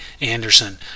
Anderson